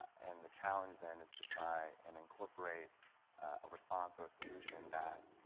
and the challenge then is to try and incorporate a response or solution, that